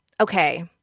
okay